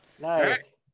Nice